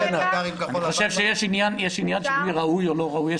אני חושב שיש עניין של מי ראוי או לא ראוי,